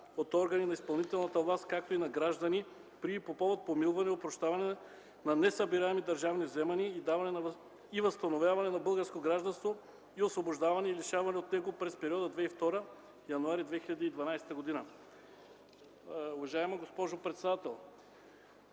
от органи на изпълнителната власт, както и на граждани, при и по повод помилване, опрощаване на несъбираеми държавни вземания и даване и възстановяване на българско гражданство и освобождаване и лишаване от него през периода 2002 – януари 2012 г. Уважаема госпожо председател,